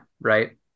right